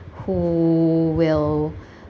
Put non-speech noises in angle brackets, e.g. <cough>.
who will <breath>